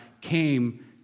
came